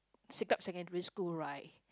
siglap secondary school right